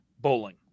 bowling